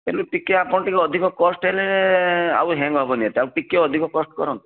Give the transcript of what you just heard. କିନ୍ତୁ ଟିକିଏ ଆପଣ ଟିକିଏ ଅଧିକ କୋଷ୍ଟ୍ ହେଲେ ଆଉ ହେଙ୍ଗ୍ ହେବନି ଆଜ୍ଞା ଆଉ ଟିକିଏ ଅଧିକ କୋଷ୍ଟ୍ କରନ୍ତୁ